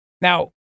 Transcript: Now